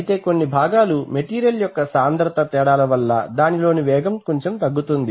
అయితే కొన్ని భాగాలు మెటీరియల్ యొక్క సాంద్రత తేడాలవల్ల దానిలోని వేగం కొంచెం తగ్గుతుంది